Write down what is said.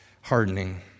hardening